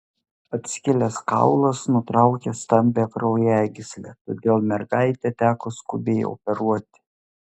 atskilęs kaulas nutraukė stambią kraujagyslę todėl mergaitę teko skubiai operuoti